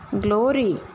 glory